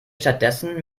stattdessen